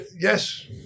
Yes